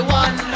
one